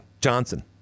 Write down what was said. Johnson